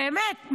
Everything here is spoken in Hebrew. באמת,